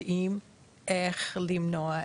אנחנו יודעים איך למנוע,